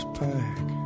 pack